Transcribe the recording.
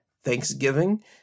Thanksgiving